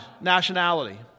nationality